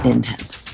Intense